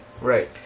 Right